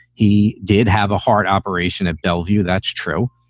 he did have a heart operation at bellevue. that's true.